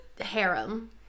Harem